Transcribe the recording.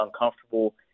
uncomfortable